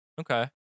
okay